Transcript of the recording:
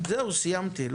זהו, סיימתי.